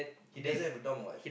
he doesn't have a dorm or what